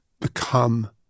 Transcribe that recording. become